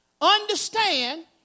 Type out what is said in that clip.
understand